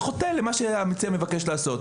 זה חוטא למה שהמציע מבקש לעשות.